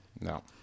no